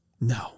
No